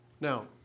Now